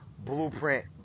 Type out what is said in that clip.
Blueprint